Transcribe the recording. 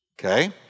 okay